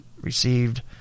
received